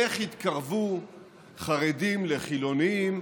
איך יתקרבו חרדים לחילונים,